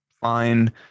fine